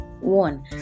one